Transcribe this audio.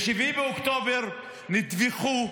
ב-7 באוקטובר נטבחו,